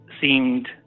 seemed